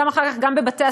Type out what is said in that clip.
גם אחר כך בבתי-הספר,